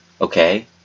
okay